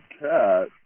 cat